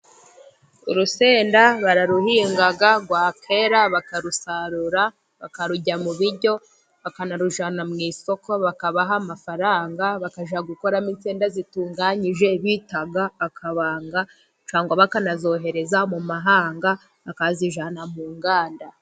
Urusenda bararuhinga rwakwera, bakarusarura bakarurya mu biryo, bakanarujyana mu isoko, bakabaha amafaranga. bakajya gukoramo insenda zitunganyije bita akabanga, cyangwa bakanazohereza mu mahanga bakazijyana ku nganda.